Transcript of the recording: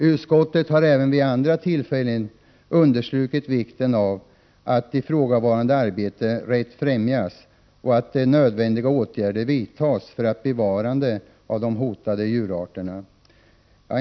Utskottet har även vid andra tillfällen understrukit vikten av att ifrågavarande arbete rätt främjas och att nödvändiga åtgärder vidtas för bevarandet av hotade djurarter.